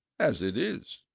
as it is,